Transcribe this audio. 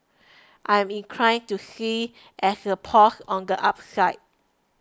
I'm inclined to see as a pause on the upside